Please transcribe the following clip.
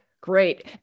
Great